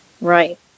Right